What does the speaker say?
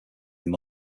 they